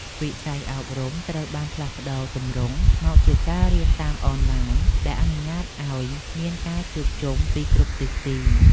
វិស័យអប់រំត្រូវបានផ្លាស់ប្តូរទម្រង់មកជាការរៀនតាមអនឡាញដែលអនុញ្ញាតឱ្យមានការជួបជុំពីគ្រប់ទិសទី។